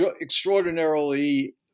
extraordinarily